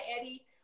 Eddie